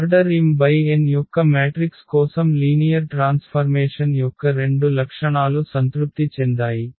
order m × n యొక్క matrix కోసం linear transformation యొక్క రెండు లక్షణాలు సంతృప్తి చెందాయి